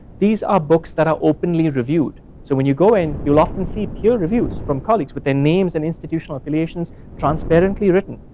these are books that are openly reviewed. so when you go in you'll often see peer reviews from colleagues with their names and institutional affiliations transparently written.